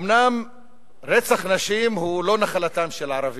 אומנם רצח נשים אינו רק נחלתם של הערבים.